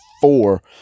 four